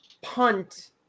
punt